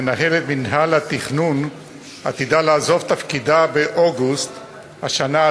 לאחרונה התפרסם כי מנהלת מינהל התכנון עתידה לעזוב תפקידה באוגוסט השנה,